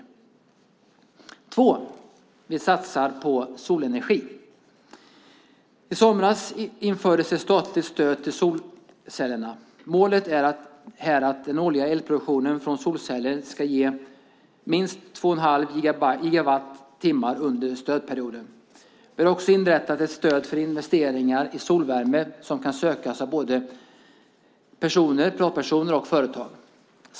För det andra satsar vi på solenergi. I somras infördes ett statligt stöd till solcellerna. Målet är att den årliga elproduktionen från solceller ska ge minst 2 1⁄2 gigawattimmar under stödperioden. Vi har också inrättat ett stöd för investeringar i solvärme som kan sökas av både privatpersoner och företag.